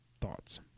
Thoughts